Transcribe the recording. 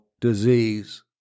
disease